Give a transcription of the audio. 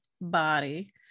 body